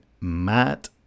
Matt